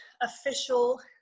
official